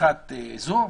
שיחת זום?